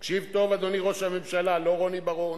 תקשיב טוב, אדוני ראש הממשלה, לא רוני בר-און,